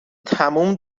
تموم